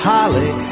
Holly